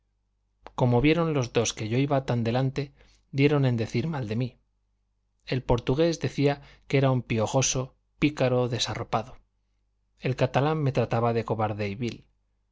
como vieron los dos que yo iba tan adelante dieron en decir mal de mí el portugués decía que era un piojoso pícaro desarropado el catalán me trataba de cobarde